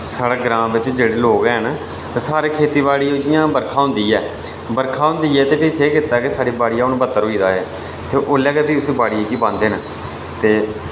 साढ़े ग्रां बिच जेह्ड़े लोग हैन ओह् सारे खेतीबाड़ी जि'यां बरखा होंदी ऐ बरखा होंदी ऐ ते भी केह् कीता कि साढ़ी बाड़ी च हून बत्तर होई गेदा ते ओल्लै गे बी उसी बाड़ी गी बांह्दे न ते